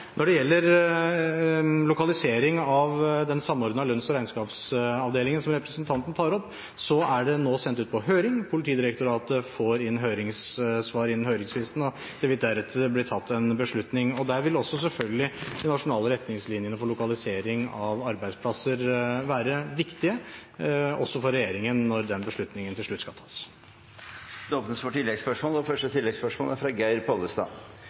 Når det gjelder lokalisering av den samordnede lønns- og regnskapsavdelingen, som representanten tar opp, er det nå sendt ut på høring. Politidirektoratet får inn høringssvar innen høringsfristen, og det vil deretter bli tatt en beslutning. Der vil selvfølgelig også de nasjonale retningslinjene for lokalisering av arbeidsplasser være viktige, også for regjeringen, når den beslutningen til slutt skal tas. Det åpnes for oppfølgingsspørsmål – først Geir Pollestad. Vi husker sikkert alle statsrådens skrytevideo fra